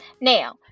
Now